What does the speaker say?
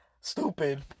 stupid